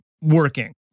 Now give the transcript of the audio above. working